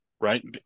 right